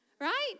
right